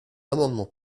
amendement